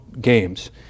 games